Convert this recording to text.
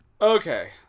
Okay